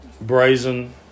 brazen